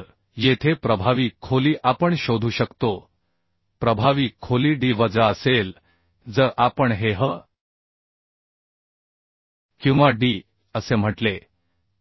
तर येथे प्रभावी खोली आपण शोधू शकतो प्रभावी खोली d वजा असेल जर आपण हे h किंवा d असे म्हटले